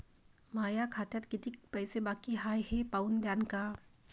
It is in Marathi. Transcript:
माया खात्यात कितीक पैसे बाकी हाय हे पाहून द्यान का?